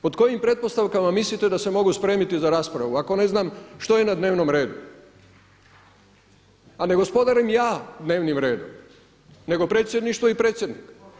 Pod kojim pretpostavkama mislite da se mogu spremiti za raspravu ako ne znam što je na dnevnom redu, a ne gospodarim ja dnevnim redom nego predsjedništvo i predsjednik.